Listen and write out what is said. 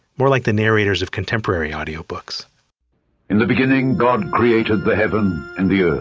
more like the narrators of contemporary audio books in the beginning, god created the heaven and the the